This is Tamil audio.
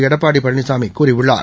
எடப்பாடிபழனிசாமிகூறியுள்ளார்